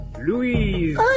Louise